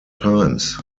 times